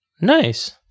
Nice